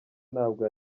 ntabwo